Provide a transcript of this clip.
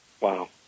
Wow